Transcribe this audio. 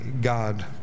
God